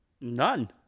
None